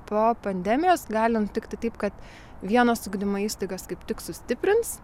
po pandemijos gali nutikti taip kad vienos ugdymo įstaigos kaip tik sustiprins